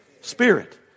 spirit